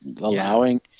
allowing